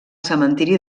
cementiri